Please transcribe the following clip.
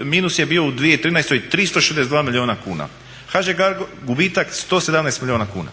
minus je bio u 2013. 362 milijuna kuna. HŽ Cargo gubitak 117 milijuna kuna.